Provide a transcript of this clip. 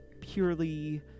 purely